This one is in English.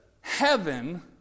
heaven